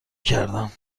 کردم